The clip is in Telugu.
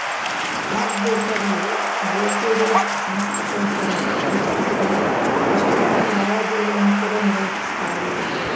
స్టాక్ బ్రోకర్లు బ్రోకేరేజ్ సంస్త కోసరం పనిచేస్తా కస్టమర్ల లావాదేవీలను కూడా నిర్వహిస్తారు